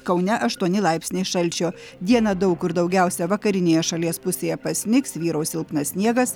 kaune aštuoni laipsniai šalčio dieną daug kur daugiausia vakarinėje šalies pusėje pasnigs vyraus silpnas sniegas